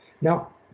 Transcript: now